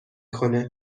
کنه